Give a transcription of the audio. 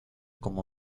como